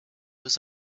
was